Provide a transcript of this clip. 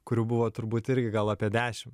kurių buvo turbūt irgi gal apie dešimt